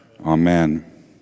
Amen